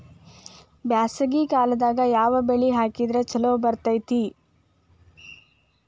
ಬ್ಯಾಸಗಿ ಕಾಲದಾಗ ಯಾವ ಬೆಳಿ ಹಾಕಿದ್ರ ಛಲೋ ಬೆಳಿತೇತಿ?